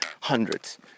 hundreds